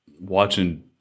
watching